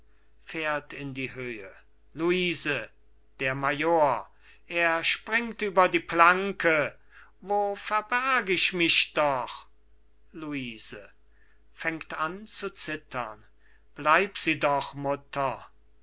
luise der major er springt über die planke wo verberg ich mich doch luise fängt an zu zittern bleib sie doch mutter